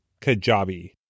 Kajabi